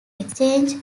exchange